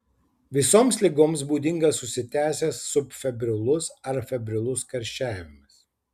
visoms ligoms būdingas užsitęsęs subfebrilus ar febrilus karščiavimas